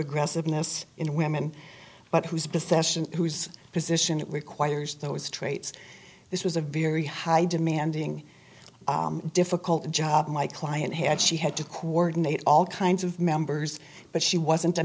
aggressiveness in women but whose bethesda's whose position requires those traits this was a very high demanding difficult job my client had she had to coordinate all kinds of members but she wasn't a